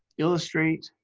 illustrate,